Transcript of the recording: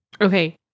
okay